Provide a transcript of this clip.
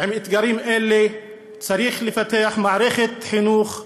עם אתגרים אלה צריך לפתח מערכת חינוך איכותית,